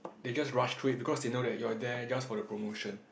they just rush through it because they know that you're there just for the promotion